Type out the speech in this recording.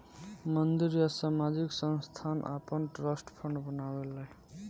मंदिर या सामाजिक संस्थान आपन ट्रस्ट फंड बनावेला